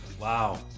Wow